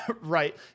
Right